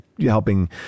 helping